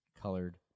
colored